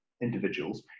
individuals